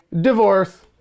Divorce